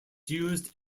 used